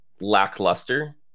lackluster